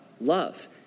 love